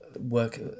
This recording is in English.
work